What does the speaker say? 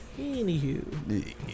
Anywho